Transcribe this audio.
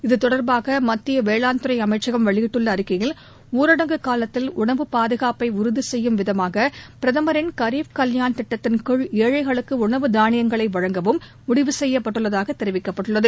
இதுதொடர்பாகமத்தியவேளாண்துறைஅமைச்சகம்வெளியிட்டுள்ளஅறிக் கையில் ஊரடங்குகாலத்தில்உணவுப்பாதுகாப்பைஉறுதிசெய்யும்விதமாகபிரதமரின்கரீஃப் கல்யாண்திட்டத்தின்கீழ்ஏழைகளுக்குஉணவுதானியங்களைவழங்கவும்முடிவுசெய் யப்பட்டுள்ளதாகதெரிவிக்கப்பட்டுள்ளது